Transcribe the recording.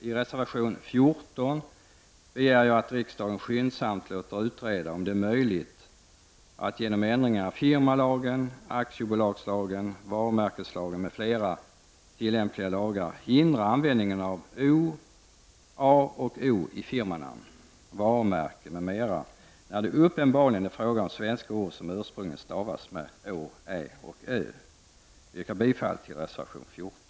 I reservation 14 begär jag att riksdagen skyndsamt låter utreda om det är möjligt att med hjälp av ändringar i firmalagen, aktiebolagslagen, varumärkeslagen m.fl. tillämpliga lagar hindra användningen av a och 0 i firmanamn, varumärken m.m. när det uppenbarligen är fråga om svenska ord som ursprungligen stavas med å, ä och O. Jag yrkar bifall till reservation 14.